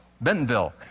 Bentonville